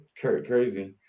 crazy